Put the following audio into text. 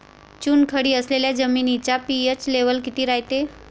चुनखडी असलेल्या जमिनीचा पी.एच लेव्हल किती रायते?